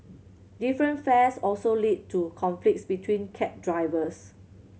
different fares also lead to conflict between cab drivers